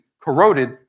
corroded